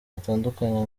batandukanye